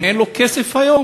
אם אין לו כסף היום,